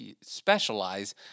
specialize